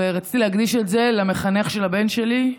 ורציתי להקדיש את זה למחנך של הבן שלי,